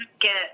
get